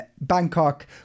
Bangkok